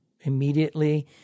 immediately